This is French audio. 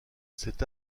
cet